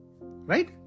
right